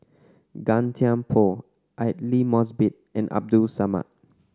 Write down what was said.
Gan Thiam Poh Aidli Mosbit and Abdul Samad